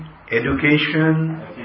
Education